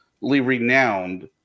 renowned